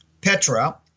Petra